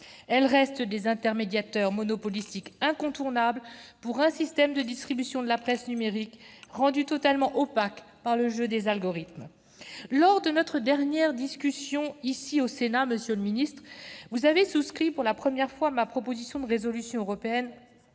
Elles restent des intermédiateurs monopolistiques, incontournables pour un système de distribution de la presse numérique rendu totalement opaque par le jeu des algorithmes. Lors de notre dernière discussion ici au Sénat, monsieur le ministre, vous avez souscrit, pour la première fois, à ma proposition de résolution européenne